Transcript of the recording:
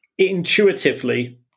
intuitively